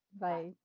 Bye